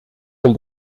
del